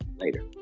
Later